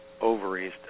ovaries